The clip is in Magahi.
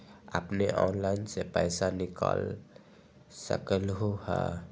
अपने ऑनलाइन से पईसा निकाल सकलहु ह?